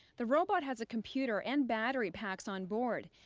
the robot has a computer and battery packs on board,